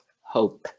Hope